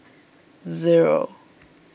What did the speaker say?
zero